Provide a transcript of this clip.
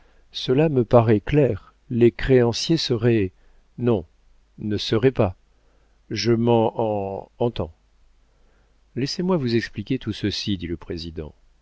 cela me paraît clair les créanciers seraient non ne seraient pas je m'een entends laissez-moi vous expliquer tout ceci dit le président